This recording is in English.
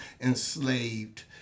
enslaved